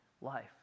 life